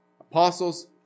Apostles